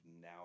now